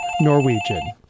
Norwegian